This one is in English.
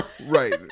Right